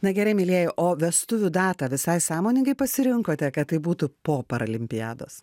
na gerai mielieji o vestuvių datą visai sąmoningai pasirinkote kad tai būtų po paralimpiados